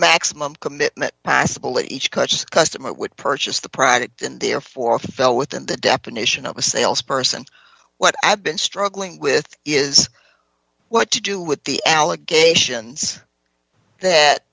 maximum commitment possible each cut customer would purchase the product and therefore fell within the definition of the sales person what i've been struggling with is what to do with the allegations that